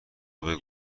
بگو